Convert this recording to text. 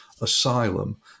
asylum